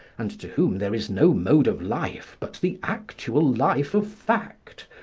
and to whom there is no mode of life but the actual life of fact,